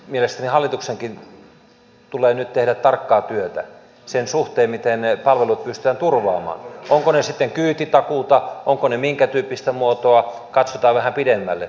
mielestäni hallituksenkin tulee nyt tehdä tarkkaa työtä sen suhteen miten ne palvelut pystytään turvaamaan ovatko ne sitten kyytitakuuta ovatko ne minkä tyyppistä muotoa katsotaan vähän pidemmälle